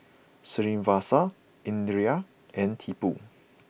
Srinivasa Indira and Tipu